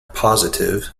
positive